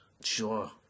Sure